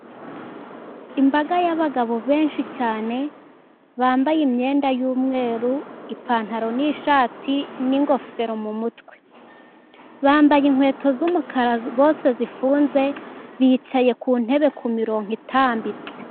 Imbaga y'abagabo benshi cyane bambaye imyenda y'umweru, ipantaro, n'ishati, n'ingofero mu mutwe. Bambaye inkweto z'umukara bose zifunze, bicaye ku ntebe kurongo itambitse.